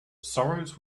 sorrows